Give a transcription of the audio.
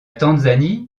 tanzanie